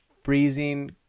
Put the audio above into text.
freezing